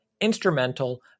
Instrumental